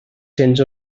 cents